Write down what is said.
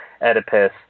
Oedipus